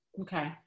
okay